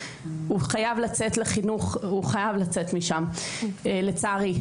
הוא חייב לצאת משם לצערי,